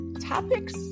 topics